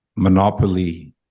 monopoly